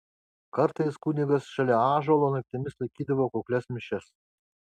kartais kunigas šalia ąžuolo naktimis laikydavo kuklias mišias